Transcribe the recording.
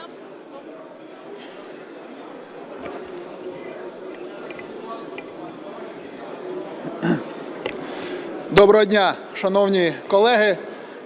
Доброго дня, шановний колего!